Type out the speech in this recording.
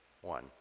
One